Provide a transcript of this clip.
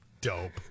dope